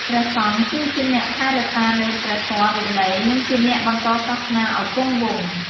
ព្រះសង្ឃគឺជាអ្នកថែរក្សានូវព្រះធម៌វិន័យ និងជាអ្នកបន្តសាសនាឲ្យគង់វង្ស។